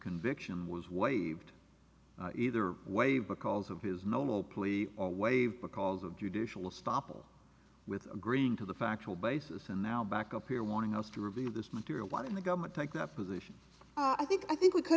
conviction was waived either way because of his normal plea or waived because of judicial stoppel with agreeing to the factual basis and now back up here wanting us to review this material one of the government take that position i think i think we could